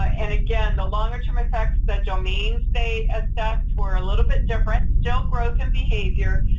ah and again, the longer-term effects, the domain state effects, were a little bit different, still growth and behavior,